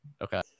Okay